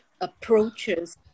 approaches